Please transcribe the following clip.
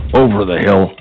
over-the-hill